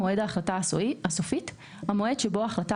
"מועד ההחלטה הסופית" המועד שבו ההחלטה